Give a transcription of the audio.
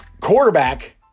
quarterback